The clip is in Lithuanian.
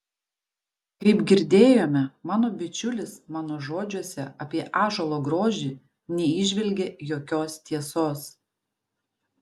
kaip girdėjome mano bičiulis mano žodžiuose apie ąžuolo grožį neįžvelgė jokios tiesos